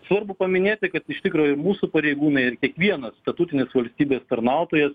svarbu paminėti kad iš tikro ir mūsų pareigūnai ir kiekvienas statutinis valstybės tarnautojas